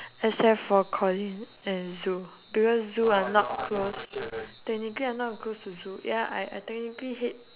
except for colin and zul because zul I'm not close technically I'm not close to zul ya I I technically hate